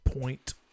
point